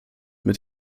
mit